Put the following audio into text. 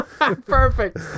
Perfect